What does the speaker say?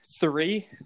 three